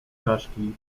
czaszki